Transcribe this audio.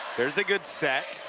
there's a good set.